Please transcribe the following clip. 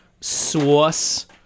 sauce